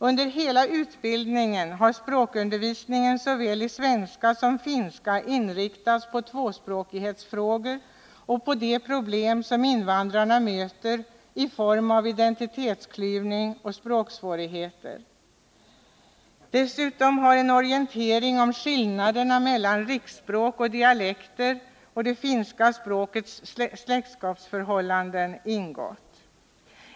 Under hela utbildningen har språkundervisningen såväl i svenska som i finska inriktats på tvåspråkighetsfrågor och på de problem som invandrarna möter i form av identitetsklyvning och språksvårigheter. Dessutom har en orientering om skillnaderna mellan riksspråk och dialekter samt det finska språkets släktskapsförhållanden ingått.